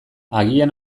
agian